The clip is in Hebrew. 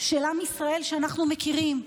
של עם ישראל שאנחנו מכירים.